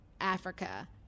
Africa